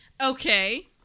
Okay